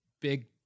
big